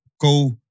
go